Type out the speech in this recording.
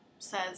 says